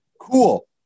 Cool